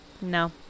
No